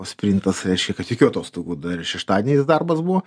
o sprintas reiškia kad jokių atostogų dar ir šeštadieniais darbas buvo